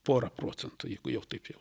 pora procentų jeigu jau taip jau